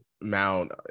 mount